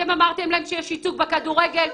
אתם אמרתם שיש ייצוג בכדורגל,